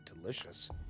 Delicious